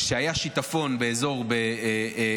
כשהיה שיטפון באקוודור,